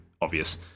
obvious